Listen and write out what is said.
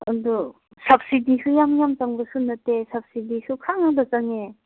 ꯑꯗꯨ ꯁꯕꯁꯤꯗꯤꯁꯨ ꯌꯥꯝ ꯌꯥꯝ ꯆꯪꯕꯁꯨ ꯅꯠꯇꯦ ꯁꯕꯁꯤꯗꯤꯁꯨ